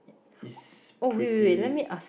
this pretty